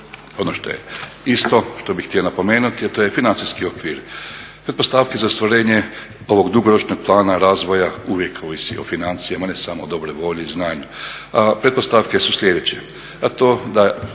Ono što isto bih htio napomenuti, a to je financijski okvir. Pretpostavke za ostvarenje ovog dugoročnog plana razvoja uvijek ovise o financijama ne samo o dobroj volji i znanju. A pretpostavke su sljedeće,